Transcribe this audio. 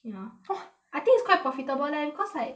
you know I think is quite profitable leh cause like